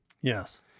Yes